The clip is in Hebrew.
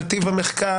על טיב המחקר.